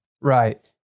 Right